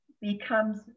becomes